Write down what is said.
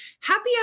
Happy